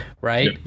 right